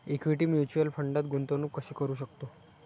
Equity mutual फंडात गुंतवणूक कशी करू शकतो?